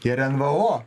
jie ren v o